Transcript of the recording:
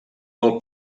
del